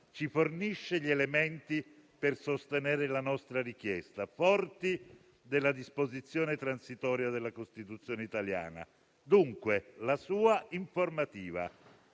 ci fornisce gli elementi per sostenere la nostra richiesta, forti della disposizione transitoria della Costituzione italiana. Dunque, vengo alla sua informativa.